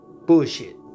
bullshit